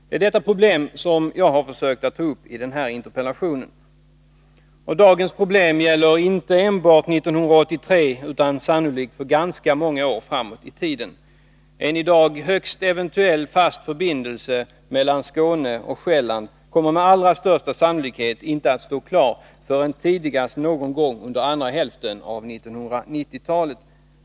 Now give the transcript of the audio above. Det är detta problem som jag har försökt ta upp i den här interpellationen. Dagens problem gäller inte enbart 1983 utan sannolikt för ganska många år framåt i tiden. En i dag högst eventuell fast förbindelse mellan Skåne och Själland kommer med allra största sannolikhet inte att stå klar förrän tidigast någon gång under andra hälften av 1990-talet.